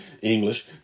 English